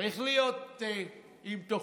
צריך להיות עם תוכנית,